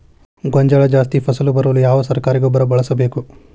ಗೋಂಜಾಳ ಜಾಸ್ತಿ ಫಸಲು ಬರಲು ಯಾವ ಸರಕಾರಿ ಗೊಬ್ಬರ ಬಳಸಬೇಕು?